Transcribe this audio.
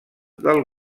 del